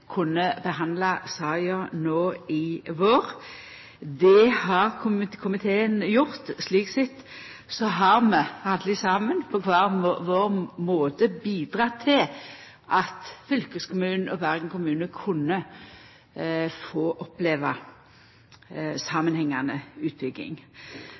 kunne behandla saka no i vår. Det har komiteen gjort. Slik sett har vi alle saman på kvar vår måte bidrege til at fylkeskommunen og Bergen kommune kunne få oppleva samanhengande utbygging.